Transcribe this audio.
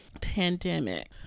pandemic